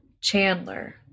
Chandler